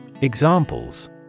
Examples